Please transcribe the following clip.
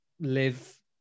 live